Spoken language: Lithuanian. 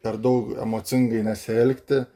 per daug emocingai nesielgti